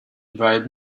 bribe